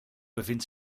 bevindt